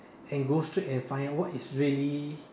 and go straight and find out what is really